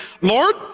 Lord